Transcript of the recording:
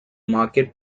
market